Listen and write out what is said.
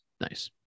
Nice